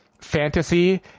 fantasy